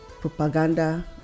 propaganda